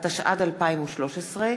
התשע"ד 2013,